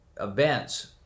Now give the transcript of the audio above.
events